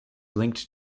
linked